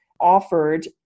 offered